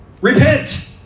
Repent